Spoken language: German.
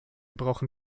brauchen